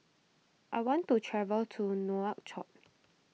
I want to travel to Nouakchott